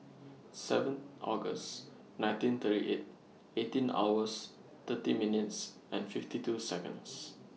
seven August nineteen thirty eight eighteen hours thirty minutes and fifty two Seconds